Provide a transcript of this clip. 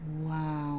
Wow